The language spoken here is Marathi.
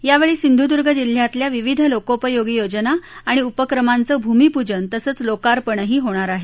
यावेळी सिंधुदुर्ग जिल्ह्यातल्या विविध लोकोपयोगी योजना आणि उपक्रमांचं भूमीपूजन तसंच लोकार्पणही होणार आहे